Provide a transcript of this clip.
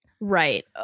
Right